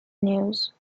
news